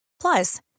Plus